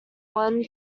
one